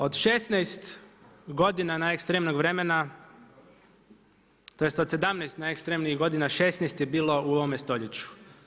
Od 16 godina najekstremnijeg vremena tj. od 17 najekstremnijih godina 16 je bilo u ovome stoljeću.